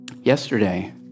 yesterday